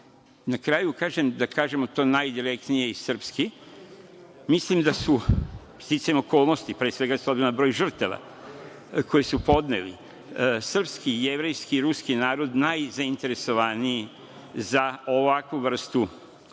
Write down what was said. kraju, da kažemo to najdirektnije i srpski, mislim da su, sticajem okolnosti, pre svega s obzirom na broj žrtava, koje su podneli srpski i jevrejski i ruski narod, najzainteresovaniji za ovakvu vrstu